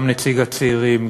גם נציג הצעירים,